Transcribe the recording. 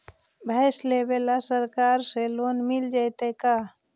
भैंस लेबे ल सरकार से लोन मिल जइतै का?